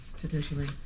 potentially